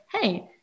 hey